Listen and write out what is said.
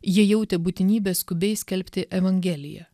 jie jautė būtinybę skubiai skelbti evangeliją